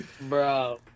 bro